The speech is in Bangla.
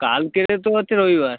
কালকে তো হচ্ছে রবিবার